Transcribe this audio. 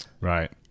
Right